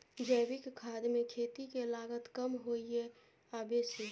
जैविक खाद मे खेती के लागत कम होय ये आ बेसी?